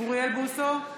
אוריאל בוסו,